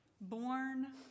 born